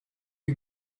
die